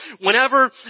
Whenever